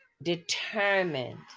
determined